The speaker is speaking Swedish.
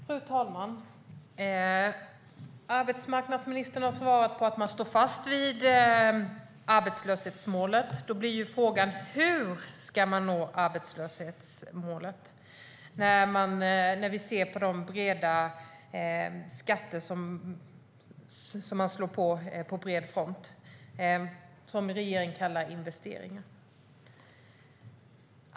Fru talman! Arbetsmarknadsministern har svarat att man står fast vid arbetslöshetsmålet. Då blir frågan: Hur ska man nå arbetslöshetsmålet när vi ser de skatter som på bred front läggs på och som regeringen kallar investeringar?